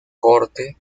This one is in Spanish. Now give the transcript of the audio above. corte